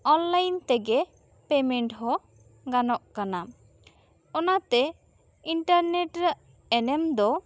online ᱛᱮᱜᱮ payment ᱦᱚᱸ ᱜᱟᱱᱚᱜ ᱠᱟᱱᱟ ᱚᱱᱟᱛᱮ ᱤᱱᱴᱟᱨᱱᱮᱴ ᱨᱮᱱᱟᱜ ᱮᱱᱮᱢ ᱫᱚ